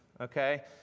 okay